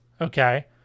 Okay